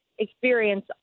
experience